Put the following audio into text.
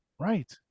right